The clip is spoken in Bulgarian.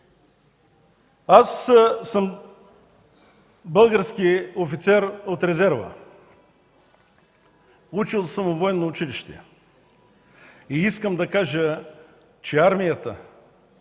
Аз съм български офицер от резерва. Учил съм във военно училище. Искам да кажа, че армията,